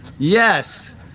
Yes